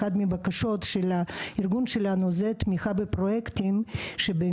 אחת מהבקשות של הארגון שלנו היא תמיכה בפרויקטים שאנחנו רוצים להקים,